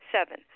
Seven